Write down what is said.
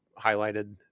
highlighted